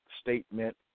statement